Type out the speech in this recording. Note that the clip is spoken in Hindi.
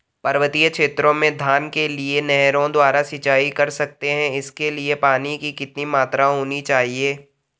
पर्वतीय क्षेत्रों में धान के लिए नहरों द्वारा सिंचाई कर सकते हैं इसके लिए पानी की कितनी मात्रा होनी चाहिए?